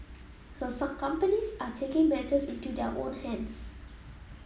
so some companies are taking matters into their own hands